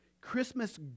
Christmas